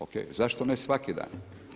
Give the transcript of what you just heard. Ok, zašto ne svaki dan?